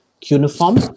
cuneiform